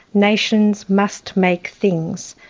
nations must make things.